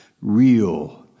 real